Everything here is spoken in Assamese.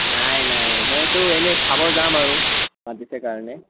নাই নাই মইতো এনেই চাব যাম আৰু মাতিছে কাৰণে